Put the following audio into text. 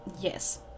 Yes